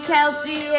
Kelsey